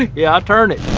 yeah, i turn it.